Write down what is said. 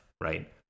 right